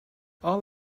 all